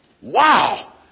Wow